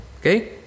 okay